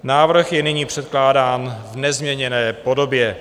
Návrh je nyní předkládán v nezměněné podobě.